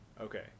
Okay